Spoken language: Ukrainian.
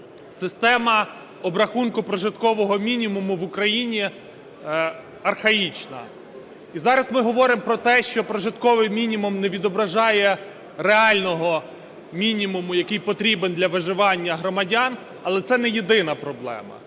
Система обрахунку прожиткового мінімуму в Україні архаїчна і зараз ми говоримо про те, що прожитковий мінімум не відображає реального мінімуму, який потрібен для виживання громадян, але це не єдина проблема.